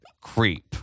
creep